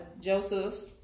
Joseph's